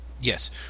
Yes